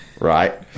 Right